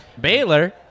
Baylor